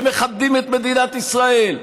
שמכבדים את מדינת ישראל,